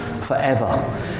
forever